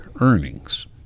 earnings